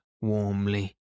warmly